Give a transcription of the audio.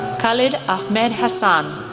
khaled ahmed hassan,